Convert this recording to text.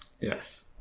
Yes